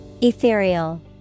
Ethereal